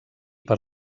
per